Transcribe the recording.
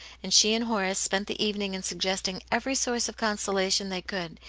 and she and horace spent the evening in sug gesting every source of consolation they could,